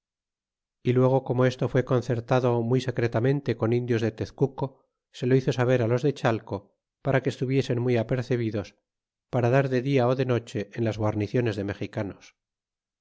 y luego como esto fué concertado muy secretamente con indios de tezcuco se lo hizo saber los de cbalco para que estuviesen muy apercebidos para dar de dia ú de noche en las guarniciones de mexicanos